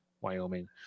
Wyoming